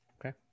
Okay